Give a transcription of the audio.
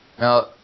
Now